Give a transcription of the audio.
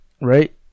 Right